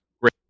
great